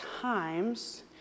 times